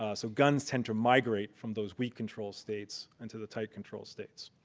ah so guns tend to migrate from those weak controls states into the tight control states.